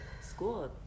school